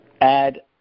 add